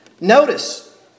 Notice